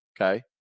Okay